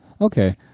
Okay